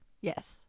Yes